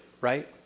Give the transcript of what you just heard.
Right